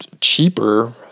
cheaper